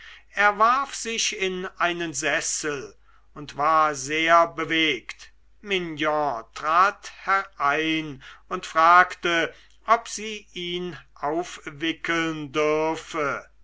er warf sich in einen sessel und war sehr bewegt mignon trat herein und fragte ob sie ihn aufwickeln dürfe